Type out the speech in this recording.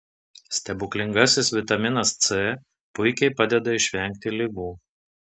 stebuklingasis vitaminas c puikiai padeda išvengti ligų